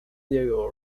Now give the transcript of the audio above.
diego